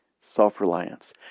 self-reliance